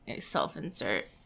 self-insert